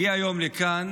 הגיע היום לכאן